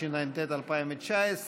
התשע"ט 2019,